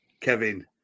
Kevin